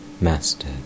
Master